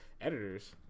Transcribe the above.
Editors